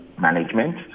management